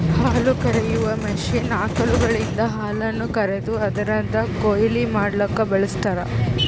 ಹಾಲುಕರೆಯುವ ಮಷೀನ್ ಆಕಳುಗಳಿಂದ ಹಾಲನ್ನು ಕರೆದು ಅದುರದ್ ಕೊಯ್ಲು ಮಡ್ಲುಕ ಬಳ್ಸತಾರ್